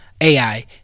AI